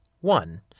One